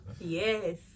Yes